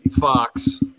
Fox